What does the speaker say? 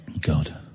God